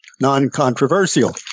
non-controversial